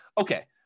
Okay